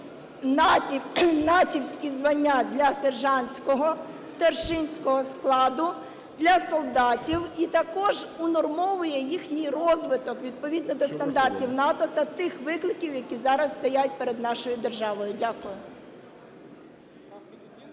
натівські звання для сержантського і старшинського складу, для солдатів і також унормовує їхній розвиток відповідно до стандартів НАТО та тих викликів, які зараз стоять перед нашою державою. Дякую.